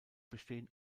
bestehen